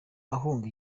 ahunga